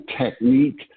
technique